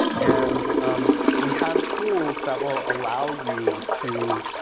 and we have tools that will allow you to